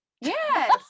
Yes